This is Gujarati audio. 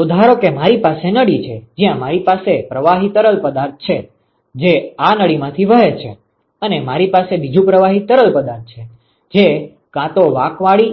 તો ધારો કે મારી પાસે નળી છે જ્યાં મારી પાસે પ્રવાહી તરલ પદાર્થ છે જે આ નળીમાંથી વહે છે અને મારી પાસે બીજું પ્રવાહી તરલ પદાર્થ છે જે કાં તો વળાંકવાળી